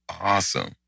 awesome